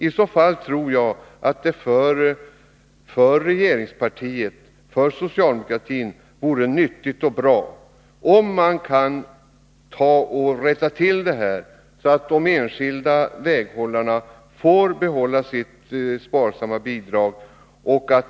I så fall tror jag att det vore nyttigt och bra för socialdemokratin, om regeringen rättade till det som riksdagen nu står i begrepp att göra, så att de enskilda väghållarna får behålla sitt sparsamma bidrag.